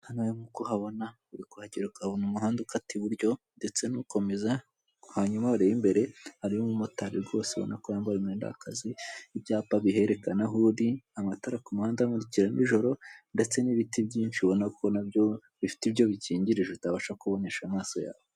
Hano rero nkuko uhabona uri kuhagera ukabona umuhanda ukata i buryo ndetse nukomeza hanyuma wareba imbere harimo umumotari rwose ubona ko yambaye umwenda w'akazi. Ibyapa biherekana aho uri, amatara ku muhanda amurikira ari nijoro ndetse n'ibiti byinshi ubona ko nabyo bifite ibyo bikingirije utabasha kubonesha amaso yawe.